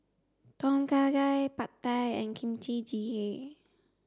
Tom Kha Gai Pad Thai and Kimchi Jjigae